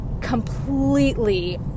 completely